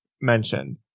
mentioned